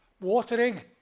watering